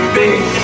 big